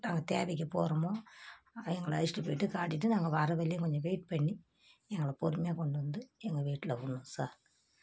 நாங்கள் தேவைக்கு போகிறோமோ எங்களை அழைச்சிட்டு போய்ட்டு காட்டிவிட்டு நாங்கள் வர வரலியும் கொஞ்சம் வெயிட் பண்ணி எங்களை பொறுமையாக கொண்டு வந்து எங்கள் வீட்டில் விடணும் சார்